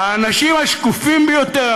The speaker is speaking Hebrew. האנשים השקופים ביותר,